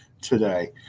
today